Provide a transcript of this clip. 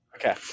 Okay